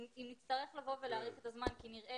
אם נצטרך לבוא ולהאריך את הזמן כי נראה